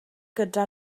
gyda